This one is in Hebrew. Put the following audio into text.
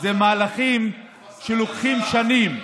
אלה מהלכים שלוקחים שנים.